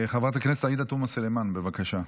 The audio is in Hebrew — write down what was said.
חברת הכנסת עאידה תומא סלימאן, בבקשה.